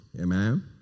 Amen